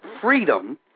freedom